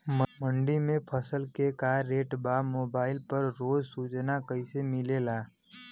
मंडी में फसल के का रेट बा मोबाइल पर रोज सूचना कैसे मिलेला?